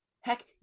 heck